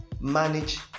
manage